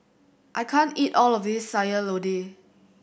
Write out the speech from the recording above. I can't eat all of this Sayur Lodeh